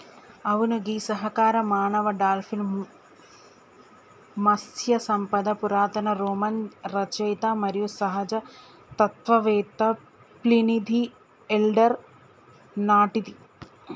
అవును గీ సహకార మానవ డాల్ఫిన్ మత్స్య సంపద పురాతన రోమన్ రచయిత మరియు సహజ తత్వవేత్త ప్లీనీది ఎల్డర్ నాటిది